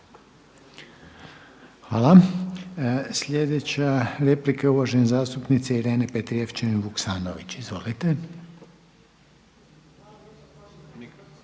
Hvala. Sljedeća replika je uvažene zastupnice Irene Petrijevčanin Vuksanović. Izvolite.